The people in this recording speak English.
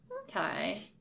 Okay